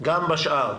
גם בשאר.